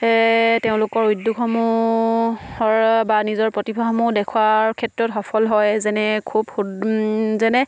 তেওঁলোকৰ উদ্যোগসমূহৰ বা নিজৰ প্ৰতিভাসমূহ দেখোৱাৰ ক্ষেত্ৰত সফল হয় যেনে যেনে